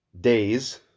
days